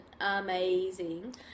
amazing